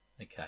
Okay